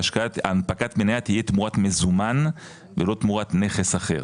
שהנפקת מניה תהיה תמורת מזומן ולא תמורת נכס אחר,